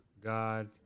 God